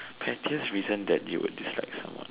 pettiest reason that you will dislike someone